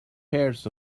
pairs